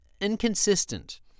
inconsistent